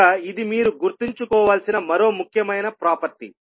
కనుక ఇది మీరు గుర్తుంచుకోవలసిన మరో ముఖ్యమైన ప్రాపర్టీ